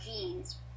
genes